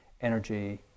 energy